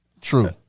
True